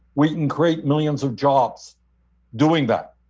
we can create millions of jobs doing that.